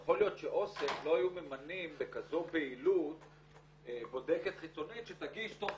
יכול להיות שאוסם לא היו ממנים בכזו פעילות בודקת חיצונית שתגיש תוך